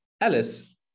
Alice